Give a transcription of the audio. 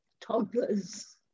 Toddlers